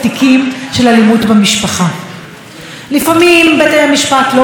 לפעמים בתי המשפט לא מחמירים בענישה ולפעמים הם מחמירים בענישה,